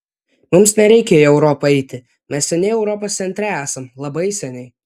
mums nereikia į europą eiti mes seniai europos centre esam labai seniai